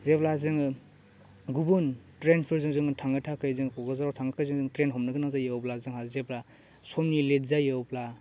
जेब्ला जोङो गुबुन ट्रेनफोरजों जोङो थांनो थाखाय जों क'क्राझाराव थांनो थाखाय जों ट्रेन हमनो गोनां जायो अब्ला जोंहा जेब्ला समनि लेट जायो अब्ला